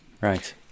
right